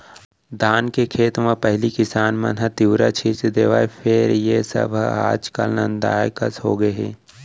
धान के खेत म पहिली किसान मन ह तिंवरा छींच देवय फेर ए सब हर आज काल नंदाए कस होगे हे